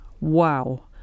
Wow